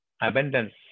abundance